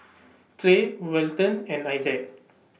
Trey Welton and Isaac